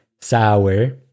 sour